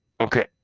Okay